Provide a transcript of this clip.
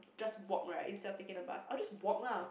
just walk right instead of taking the bus I'll just walk lah